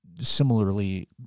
similarly